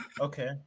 Okay